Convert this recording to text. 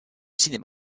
cinéma